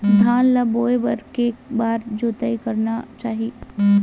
धान ल बोए बर के बार जोताई करना चाही?